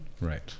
Right